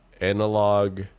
analog